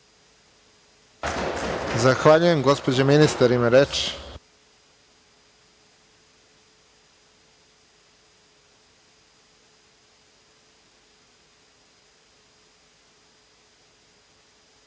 Zahvaljujem, gospođa ministarka ima reč.